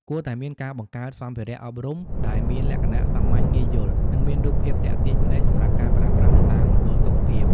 គួរតែមានការបង្កើតសម្ភារអប់រំដែលមានលក្ខណៈសាមញ្ញ ងាយយល់ និងមានរូបភាពទាក់ទាញភ្នែកសម្រាប់ការប្រើប្រាស់នៅតាមមណ្ឌលសុខភាព។